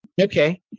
Okay